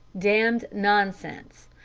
damned nonsense.